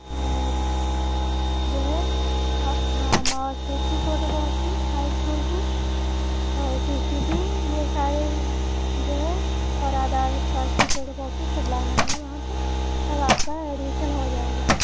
और जो है हाँ मार्क्सशीट की फोटो कॉपी हाई इस्कूल की और टी सी की ये सारे जो है और आधार कार्ड की फोटो कॉपी सब लाना है वहाँ पर तब आपका एडमिशन हो जाएगा